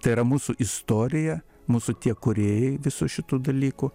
tai yra mūsų istorija mūsų tie kūrėjai visų šitų dalykų